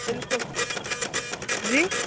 बिल्कुलु जी